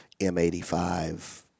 M85